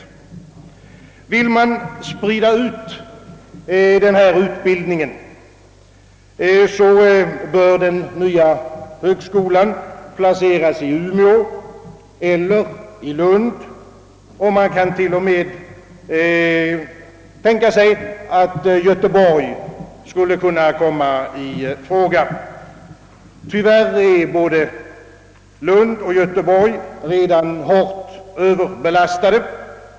Vill man sprida ut denna utbildning, bör den nya högskolan placeras i Umeå eller i Lund. Man kan t.o.m. tänka sig, att Göteborg skulle kunna komma i fråga. Tyvärr är både Lund och Göteborg redan starkt överbelastade.